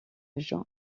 jean